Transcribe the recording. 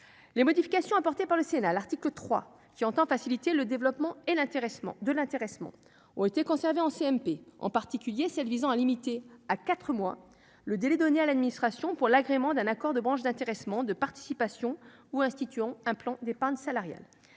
Les modifications apportées par le Sénat à l'article 3, qui tend à faciliter le développement de l'intéressement, ont été conservées en CMP, en particulier celle qui visent à limiter à quatre mois le délai donné à l'administration pour l'agrément d'un accord de branche d'intéressement, de participation ou instituant un plan d'épargne salariale.